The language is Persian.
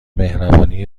مهربانی